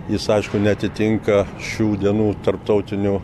jis aišku neatitinka šių dienų tarptautinių